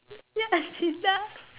ya she does